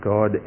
God